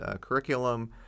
curriculum